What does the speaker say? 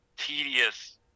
Tedious